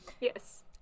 Yes